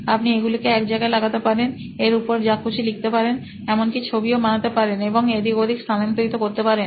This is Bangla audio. আপনি এগুলিকে এক জায়গায় লাগাতে পারেন এর উপর যা খুশি লিখতে পারেন এমন কি ছবিও বানাতে পারেন এবং এদিক ওদিক স্থানান্তরিত করতে পারেন